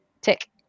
tick